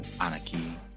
anarchy